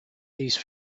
these